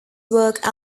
work